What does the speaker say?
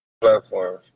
platforms